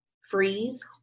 freeze